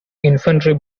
infantry